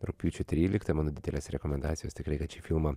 rugpjūčio tryliktą mano didelės rekomendacijos tikrai kad šį filmą